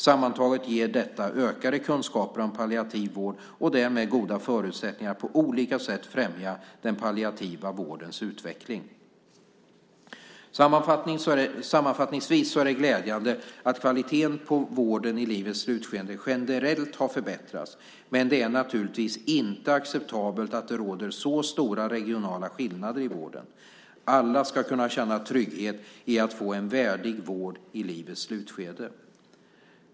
Sammantaget ger detta ökade kunskaper om palliativ vård och därmed goda förutsättningar att på olika sätt främja den palliativa vårdens utveckling. Sammanfattningsvis är det glädjande att kvaliteten på vården i livets slutskede generellt har förbättrats, men det är naturligtvis inte acceptabelt att det råder så stora regionala skillnader i vården. Alla ska kunna känna en trygghet i att få en värdig vård i livets slutskede.